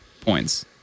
points